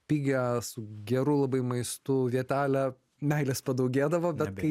pigią su geru labai maistu vietelę meilės padaugėdavo bet